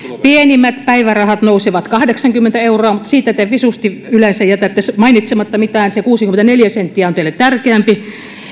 pienimmät päivärahat nousevat kahdeksankymmentä euroa mutta siitä te visusti yleensä jätätte mainitsematta mitään se kuusikymmentäneljä senttiä on teille tärkeämpi